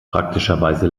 praktischerweise